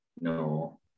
No